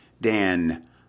Dan